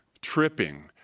tripping